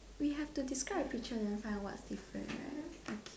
we have to discuss the picture and find out what's the difference right okay